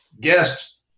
guest